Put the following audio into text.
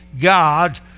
God